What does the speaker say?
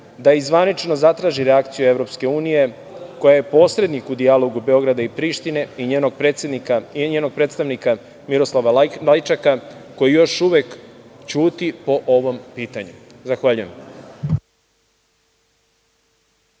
da i zvanično zatraži reakciju EU koja je posrednik u dijalogu Beograda i Prištine i njenog predstavnika Miroslava Lajčaka koji još uvek ćuti po ovom pitanju. Zahvaljujem.